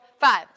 five